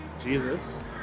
Jesus